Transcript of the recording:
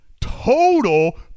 total